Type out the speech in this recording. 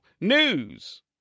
news